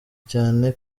cyane